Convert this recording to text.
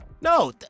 No